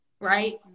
right